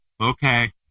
Okay